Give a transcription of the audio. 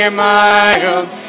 mild